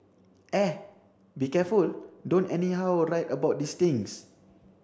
eh be careful don't anyhow write about these things